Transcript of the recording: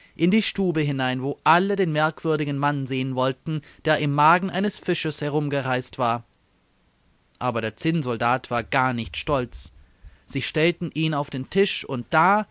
in die stube hinein wo alle den merkwürdigen mann sehen wollten der im magen eines fisches herumgereist war aber der zinnsoldat war gar nicht stolz sie stellten ihn auf den tisch und da